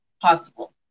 possible